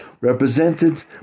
represented